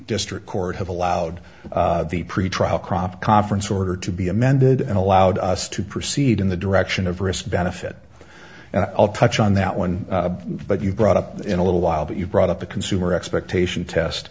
district court have allowed the pretrial crop conference order to be amended and allowed us to proceed in the direction of risk benefit and i'll touch on that one but you brought up in a little while but you brought up the consumer expectation test